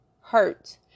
hurt